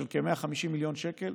כ-150 מיליון שקל,